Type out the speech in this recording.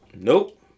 nope